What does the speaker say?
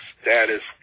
status